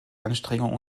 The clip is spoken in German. anstrengungen